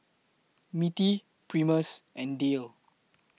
Mittie Primus and Dayle